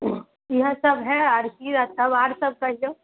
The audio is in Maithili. इहए सब हय आर की रहतै आओर सब कहिऔ